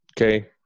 okay